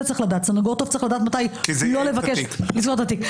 כי סנגור טוב צריך לדעת מתי לבקש לא לסגור את התיק.